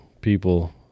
people